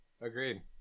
Agreed